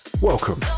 Welcome